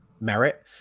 merit